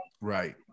Right